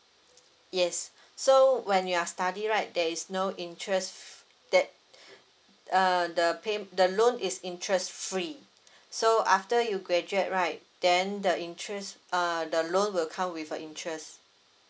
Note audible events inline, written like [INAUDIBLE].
yes so when you are study right there is no interest that [BREATH] uh the pay the loan is interest free [BREATH] so after you graduate right then the interest uh the loan will come with a interest